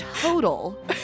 total